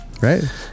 right